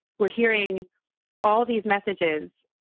we're hearing all these messages,